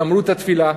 גמרו את התפילה,